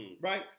Right